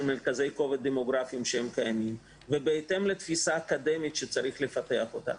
מרכזי הכובד הדמוגרפיים הקיימים ובהתאם לתפיסה אקדמית שצריך לפתח אותה.